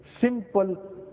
Simple